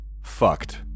Fucked